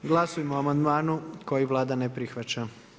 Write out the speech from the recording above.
Glasujmo o amandmanu koji Vlada ne prihvaća.